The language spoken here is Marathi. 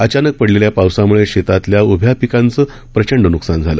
अचानक पडलेल्या पावसामुळे शेतातल्या उभ्या पिकाचं प्रचंड न्कसान झालं